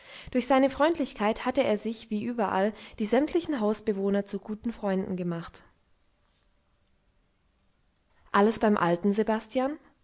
durch seine freundlichkeit hatte er sich wie überall die sämtlichen hausbewohner zu guten freunden gemacht alles beim alten sebastian